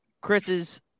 Chris's